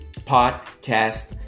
Podcast